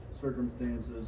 circumstances